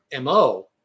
mo